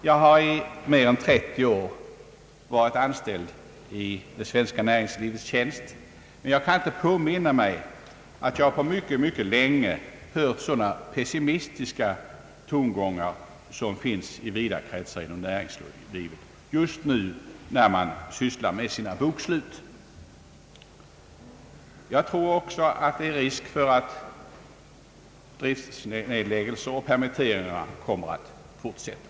Jag har i mer än 30 år varit anställd i det svenska näringslivets tjänst, men jag kan inte påminna mig att jag på mycket länge hört så pessimistiska tongångar som dem som nu ljuder i vida kretsar inom näringslivet, där man just nu sysslar med sina bokslut. Jag tror också att det är risk för att driftnedläggelser och permitteringar kommer att fortsätta.